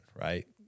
right